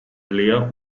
lehr